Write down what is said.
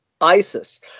ISIS